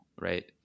right